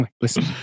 Listen